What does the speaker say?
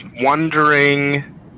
wondering